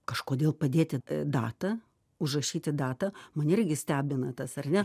kažkodėl padėti datą užrašyti datą mane irgi stebina tas ar ne